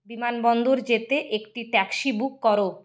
বিমানবন্দর যেতে একটি ট্যাক্সি বুক কর